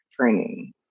training